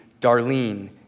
Darlene